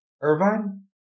Irvine